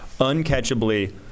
uncatchably